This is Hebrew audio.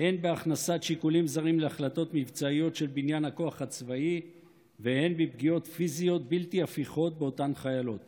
על ידי מכוני מחקר ועתירות לבג"ץ, לקבל חיילות